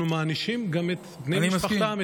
אנחנו מענישים גם את בני משפחתם,